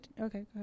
okay